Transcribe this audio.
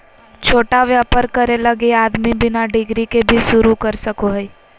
छोटा व्यापर करे लगी आदमी बिना डिग्री के भी शरू कर सको हइ